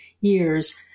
years